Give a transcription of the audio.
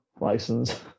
license